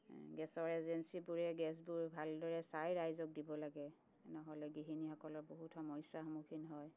গেছৰ এজেঞ্চিবোৰে গেছবোৰ ভালদৰে চাই ৰাইজক দিব লাগে নহ'লে গৃহিণীসকলৰ বহুত সমস্যাৰ সন্মুখীন হয়